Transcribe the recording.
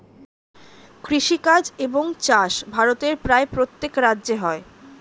কৃষিকাজ এবং চাষ ভারতের প্রায় প্রত্যেক রাজ্যে হয়